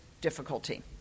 difficulty